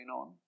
on